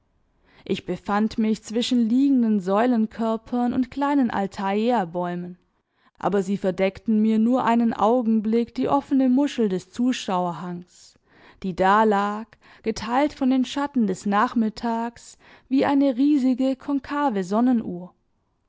ich befand mich zwischen liegenden säulenkörpern und kleinen althaeabäumen aber sie verdeckten mir nur einen augenblick die offene muschel des zuschauerhangs die dalag geteilt von den schatten des nachmittags wie eine riesige konkave sonnenuhr